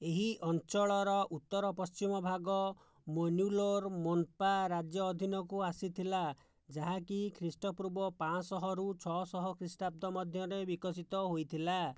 ଏହି ଅଞ୍ଚଳର ଉତ୍ତର ପଶ୍ଚିମ ଭାଗ ମୋନ୍ୟୁଲର ମୋନ୍ପା ରାଜ୍ୟ ଅଧିନକୁ ଆସିଥିଲା ଯାହା କି ଖ୍ରୀଷ୍ଟପୂର୍ବ ପାଞ୍ଚଶହରୁ ଛଅଶହ ଖ୍ରୀଷ୍ଟାବ୍ଦ ମଧ୍ୟରେ ବିକଶିତ ହୋଇଥିଲା